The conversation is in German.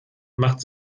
macht